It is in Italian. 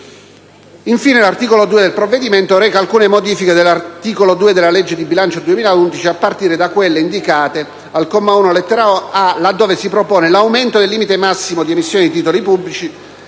Infine, l'articolo 2 del provvedimento reca alcune modifiche all'articolo 2 della legge di bilancio per il 2011, a partire da quella indicata al comma 1, lettera *a)*, dove si propone l'aumento del limite massimo di emissione di titoli pubblici